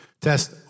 Test